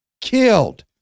Killed